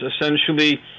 essentially